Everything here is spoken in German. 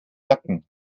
nacken